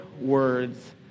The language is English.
words